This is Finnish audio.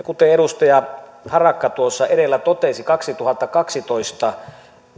kuten edustaja harakka tuossa edellä totesi kaksituhattakaksitoista